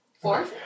four